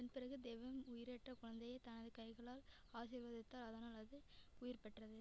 அதன்பிறகு தெய்வம் உயிரற்ற குழந்தையை தனது கைகளால் ஆசீர்வதித்தார் அதனால் அது உயிர்பெற்றது